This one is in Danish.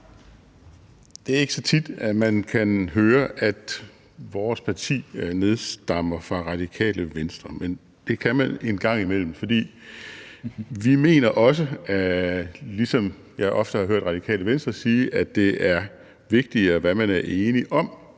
Det er ikke så tit, at man kan høre, at vores parti nedstammer fra Radikale Venstre, men det kan man en gang imellem. Men vi mener også, ligesom jeg har hørt Det Radikale Venstre sige, at det er vigtigere, hvad man er enige om,